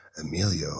Emilio